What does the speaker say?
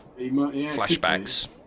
flashbacks